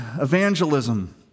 evangelism